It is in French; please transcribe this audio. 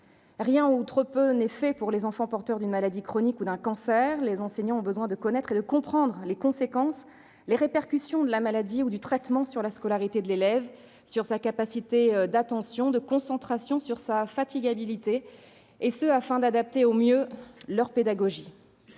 fait- ou trop peu -pour les enfants porteurs d'une maladie chronique ou d'un cancer. Les enseignants ont besoin de connaître et de comprendre les conséquences, les répercussions de la maladie ou du traitement sur la scolarité de l'élève, sur sa capacité d'attention, de concentration, sur sa fatigabilité, et ce afin d'adapter au mieux leur pédagogie.